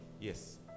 Yes